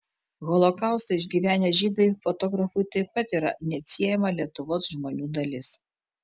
holokaustą išgyvenę žydai fotografui taip pat yra neatsiejama lietuvos žmonių dalis